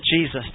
Jesus